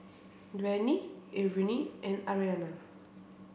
Benny Irvine and Arianna